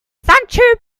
sancho